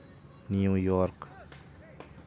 New York